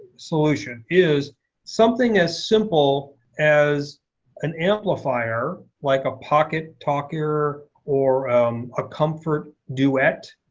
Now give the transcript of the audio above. solution is something as simple as an amplifier, like a pocket talker or a comfort duet.